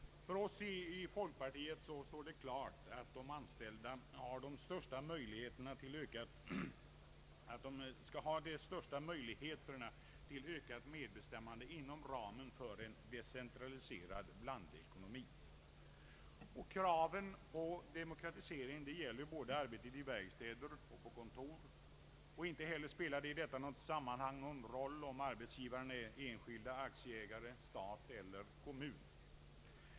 För oss i folkpartiet står det klart att de anställda har de största möjligheterna till ökat medstämmande inom ramen för en decentraliserad blandekonomi. Kraven på demokratisering gäller arbetet både i verkstäder och på kontor. Inte heller spelar det i detta sammanhang någon roll om arbetsgivarna är enskilda aktieägare, stat eller kommun.